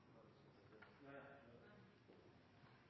Nei